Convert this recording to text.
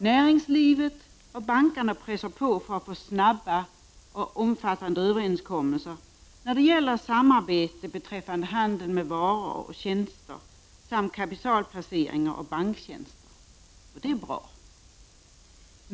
Näringslivet och bankerna pressar på för att få snabba och omfattande överenskommelser när det gäller samarbete för handel med varor och tjänster samt kapitalplaceringar och banktjänster. Det är bra.